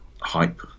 hype